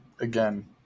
Again